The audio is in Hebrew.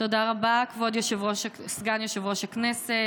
תודה רבה, כבוד סגן יושב-ראש הכנסת.